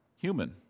human